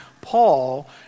Paul